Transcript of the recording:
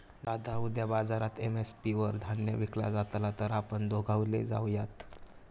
दादा उद्या बाजारात एम.एस.पी वर धान्य विकला जातला तर आपण दोघवले जाऊयात